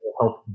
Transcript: help